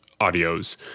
audios